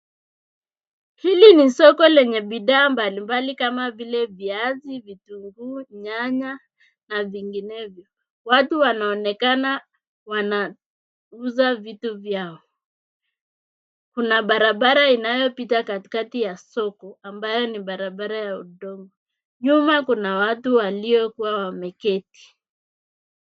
Hili ni soko lenye bidhaa mbali mbali, kama vile, viazi, vitunguu, nyanya, na vinginevyo. Watu wanaonekana wanauza vitu vyao. Kuna barabara inayopita katikati ya soko, ambayo ni barabara ya udongo. Nyuma kuna watu waliokua wameketi.